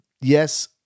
Yes